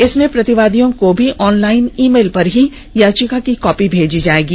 इसमें प्रतिवादियों को भी ऑनलॉइन ईमेल पर ही याचिका की कॉपी भेजी जाएगी